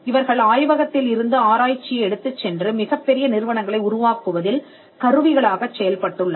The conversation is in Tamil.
இவர்கள் ஆய்வகத்தில் இருந்து ஆராய்ச்சியை எடுத்துச்சென்று மிகப் பெரிய நிறுவனங்களை உருவாக்குவதில் கருவிகளாகச் செயல்பட்டுள்ளனர்